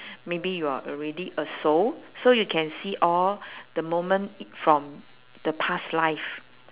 maybe you are already a soul so you can see all the moment i~ from the past life